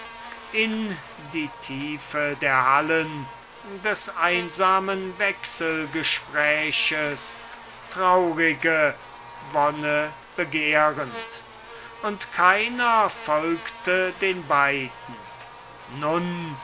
in die tiefe der hallen des einsamen wechselgespräches traurige wonne begehrend und keiner folgte den beiden nun